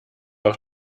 auf